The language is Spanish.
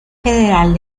federal